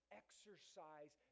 exercise